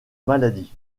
maladie